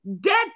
dead